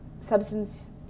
substance